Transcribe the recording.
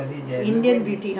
my niece ah !huh!